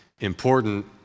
important